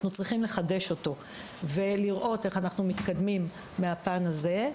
אנחנו צריכים לחדש אותו ולראות איך אנחנו מתקדמים מהפן הזה.